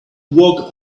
walk